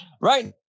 Right